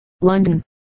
London